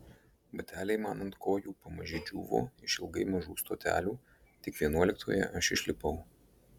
bateliai man ant kojų pamaži džiūvo išilgai mažų stotelių tik vienuoliktoje aš išlipau